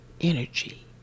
energy